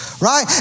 right